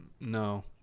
No